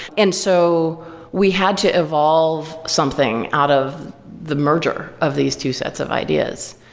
and so we had to evolve something out of the merger of these two sets of ideas.